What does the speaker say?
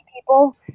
people